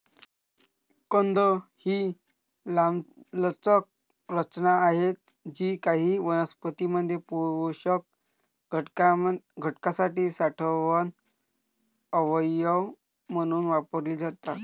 कंद ही लांबलचक रचना आहेत जी काही वनस्पतीं मध्ये पोषक घटकांसाठी साठवण अवयव म्हणून वापरली जातात